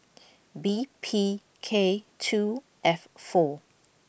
B P K two F four